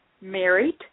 married